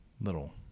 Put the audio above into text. little